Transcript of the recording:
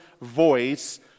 voice